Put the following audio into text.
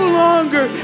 longer